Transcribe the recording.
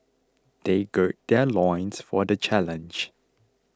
they gird their loins for the challenge